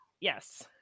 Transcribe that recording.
yes